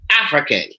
Africa